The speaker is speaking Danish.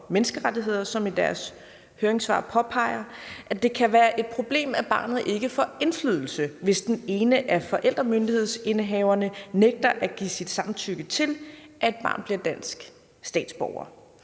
Menneskerettigheder, som i deres høringssvar påpeger, at det kan være et problem, at barnet ikke får indflydelse, hvis den ene af forældremyndighedsindehaverne nægter at give sit samtykke til, at barnet bliver dansk statsborger.